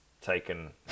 taken